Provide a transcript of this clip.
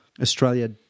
Australia